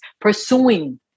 pursuing